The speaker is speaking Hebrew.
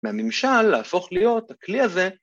‫מהממשל להפוך להיות הכלי הזה.